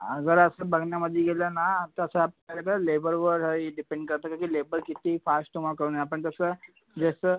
हां जर असं बघण्यामध्ये गेलं ना तसं आपलं सगळं लेबरवर इट डिपेंड करतं का ते लेबर किती फास्ट तुमा करून देना आपण कसं जसं